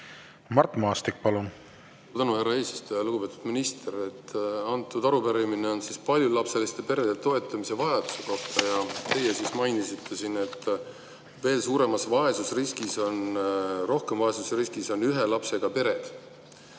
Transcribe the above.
Mart Maastik, palun!